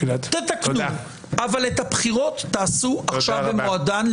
תתקנו, אבל את הבחירות תעשו עכשיו במועדן.